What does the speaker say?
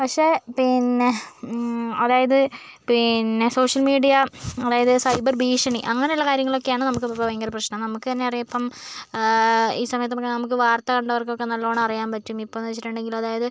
പക്ഷെ പിന്നെ അതായതു പിന്നെ സോഷ്യല് മീഡിയ അതായത് സൈബര് ഭീഷണി അങ്ങനയുള്ള കാര്യങ്ങളൊക്കെയാണ് നമുക്ക് ഇപ്പം ഭയങ്കര പ്രശ്നം നമുക്ക് തന്നെ അറിയാം ഇപ്പം ഈ സമയത്ത് ഇപ്പം നമുക്ക് വാര്ത്ത കണ്ടവര്ക്കൊക്കെ നല്ലോണം അറിയാന് പറ്റും ഇപ്പം എന്നു വച്ചിട്ടൊണ്ടെങ്കിൽ അതായത്